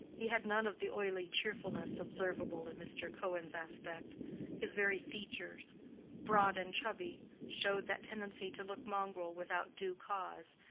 he had none of the oily cheerfulness observable in mr. cohen's aspect his very features broad and chubby showed that tendency to look mongrel without due cause,